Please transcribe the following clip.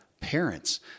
parents